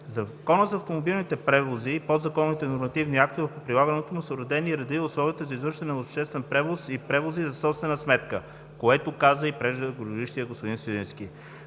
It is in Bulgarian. Закона за автомобилните превози и подзаконовите нормативни актове по прилагането му са уредени редът и условията за извършване на обществен превоз и превози за собствена сметка, което каза и преждеговорившият господин Свиленски.